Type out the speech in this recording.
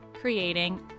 creating